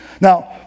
Now